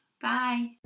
Bye